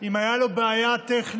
אם הייתה לו בעיה טכנית